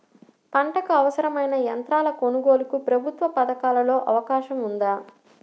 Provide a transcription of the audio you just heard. పంటకు అవసరమైన యంత్రాల కొనగోలుకు ప్రభుత్వ పథకాలలో అవకాశం ఉందా?